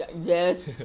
Yes